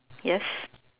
yes